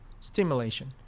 stimulation